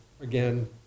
Again